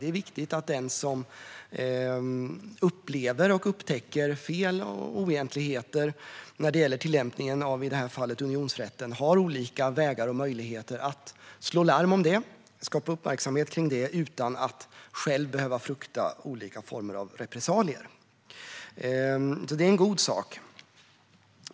Det är viktigt att den som upplever och upptäcker fel eller oegentligheter i tillämpningen av i det här fallet unionsrätten har olika vägar och möjligheter att slå larm om och skapa uppmärksamhet kring det utan att själv behöva frukta olika former av repressalier. Det är alltså en god sak.